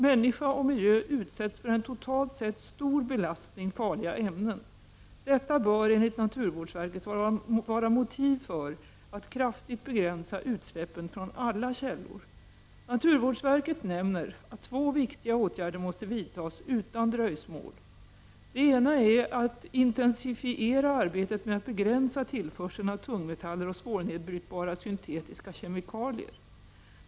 Människa och miljö utsätts för en totalt sett stor belastning farliga ämnen. Detta bör enligt naturvårdsverket vara motiv för att kraftigt begränsa utsläppen från alla källor. Naturvårdsverket nämner att två viktiga åtgärder måste vidtas utan dröjsmål. Den ena är att intensifiera arbetet med att begränsa tillförseln av tungmetaller och svårnedbrytbara syntetiska kemikalier.